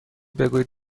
بگویید